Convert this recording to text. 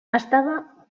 estava